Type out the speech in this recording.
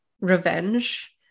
revenge